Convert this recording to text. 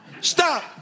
stop